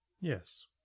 Yes